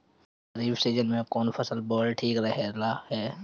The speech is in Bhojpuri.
खरीफ़ सीजन में कौन फसल बोअल ठिक रहेला ह?